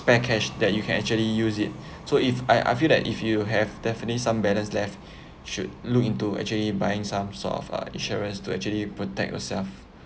back cash that you can actually use it so if I I feel that if you have definitely some balance left should look into actually buying some sort of uh insurance to actually protect yourself